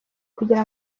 kugira